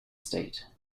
state